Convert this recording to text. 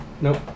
Nope